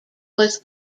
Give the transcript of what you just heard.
was